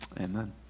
amen